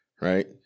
Right